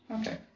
Okay